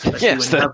Yes